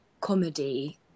comedy